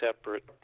separate